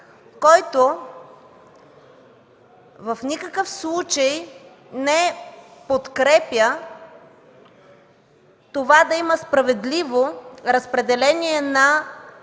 който в никакъв случай не подкрепя това да има справедливо разпределение на